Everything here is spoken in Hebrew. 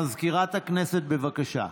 מזכירת הכנסת, בבקשה.